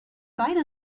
beide